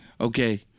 Okay